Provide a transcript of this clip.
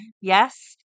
Yes